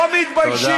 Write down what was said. לא מתביישים.